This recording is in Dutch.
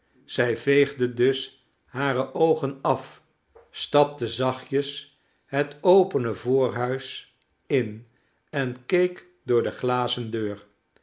zij veegde dus hare oogen af stapte zachtjes het opene voorhuis in en keek door de glazen deur